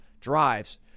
drives